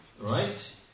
right